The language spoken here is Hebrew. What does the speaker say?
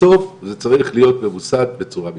בסוף זה צריך להיות ממוסד בצורה מקצועית.